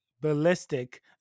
ballistic